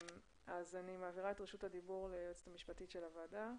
אני מעבירה את רשות הדיבור ליועצת המשפטית של הוועדה,